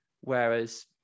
Whereas